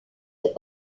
est